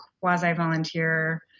quasi-volunteer